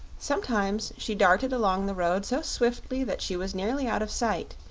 sometimes she darted along the road so swiftly that she was nearly out of sight,